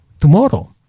tomorrow